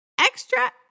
extra